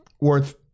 worth